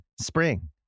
Spring